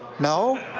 no?